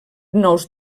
nous